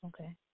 Okay